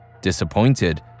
Disappointed